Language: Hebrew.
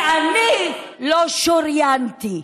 כי אני לא שוריינתי,